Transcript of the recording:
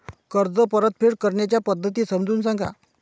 कर्ज परतफेड करण्याच्या पद्धती समजून सांगा